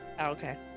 Okay